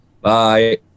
Bye